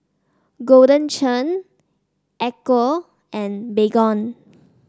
Golden Churn Ecco and Baygon